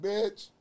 Bitch